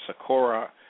Sakura